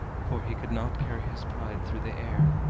for he could not carry his bride through the air,